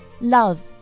love